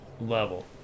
level